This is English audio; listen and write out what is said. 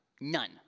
None